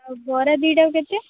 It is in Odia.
ଆଉ ବରା ଦୁଇଟାକୁ କେତେ